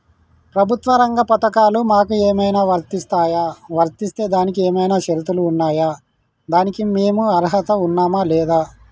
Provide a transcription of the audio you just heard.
ప్రభుత్వ రంగ పథకాలు మాకు ఏమైనా వర్తిస్తాయా? వర్తిస్తే దానికి ఏమైనా షరతులు ఉన్నాయా? దానికి మేము అర్హత ఉన్నామా లేదా?